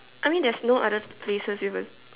I mean there's no other places with a